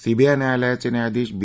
CBI न्यायालयाचे न्यायाधीश बी